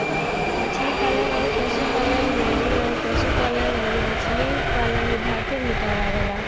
मछरी पालन अउर पसुपालन डेयरी अउर पसुपालन अउरी मछरी पालन विभाग के भीतर आवेला